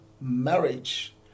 marriage